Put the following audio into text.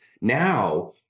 Now